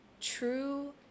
true